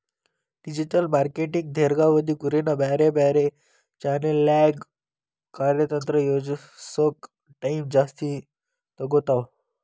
digital marketing ದೇರ್ಘಾವಧಿ ಗುರಿನ ಬ್ಯಾರೆ ಬ್ಯಾರೆ ಚಾನೆಲ್ನ್ಯಾಗ ಕಾರ್ಯತಂತ್ರ ಯೋಜಿಸೋಕ ಟೈಮ್ ಜಾಸ್ತಿ ತೊಗೊತಾವ